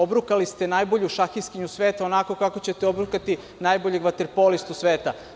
Obrukali ste najbolju šahistkinju sveta onako kako ćete obrukati najboljeg vaterpolistu sveta.